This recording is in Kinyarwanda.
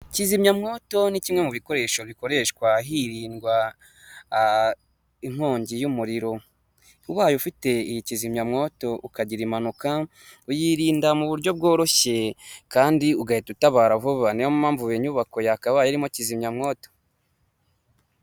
Ndabona ibicu by'umweru ndabona ahandi higanjemo ibara ry'ubururu bw'ikirere ndabona inkuta zubakishijwe amatafari ahiye ndabona ibiti binyuze muri izo nkuta ndabona imfungwa cyangwa se abagororwa nta misatsi bafite bambaye inkweto z'umuhondo ubururu n'umukara ndabona bafite ibikoresho by'ubuhinzi n'umusaruro ukomoka ku buhinzi nk'ibihaza ndabona bafite amasuka, ndabona iruhande rwabo hari icyobo.